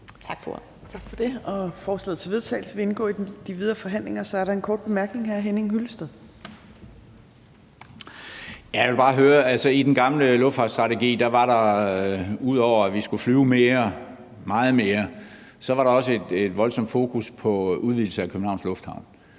Tak for det. Forslaget til vedtagelse vil indgå i de videre forhandlinger. Så er der en kort bemærkning. Hr. Henning Hyllested. Kl. 12:16 Henning Hyllested (EL): I den gamle luftfartsstrategi var der, ud over at vi skulle flyve meget mere, også et voldsom fokus på udvidelse af Københavns Lufthavn.